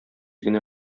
генә